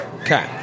Okay